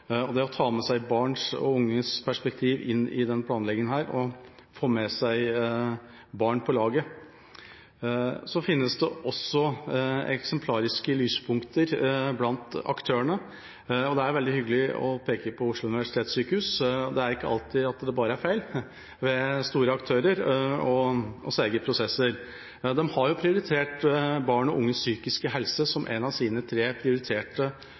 og det å ta med seg barns og unges perspektiv inn i denne planleggingen og få med seg barn på laget. Så finnes det også eksemplariske lyspunkter blant aktørene, og det er veldig hyggelig å peke på Oslo universitetssykehus – det er ikke alltid at det bare er feil og seige prosesser hos store aktører. De har barn og unges psykiske helse som et av sine tre prioriterte